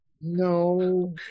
No